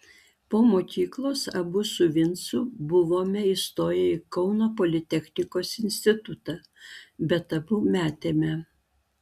po mokyklos abu su vincu buvome įstoję į kauno politechnikos institutą bet abu metėme